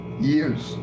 Years